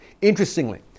Interestingly